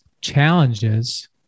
challenges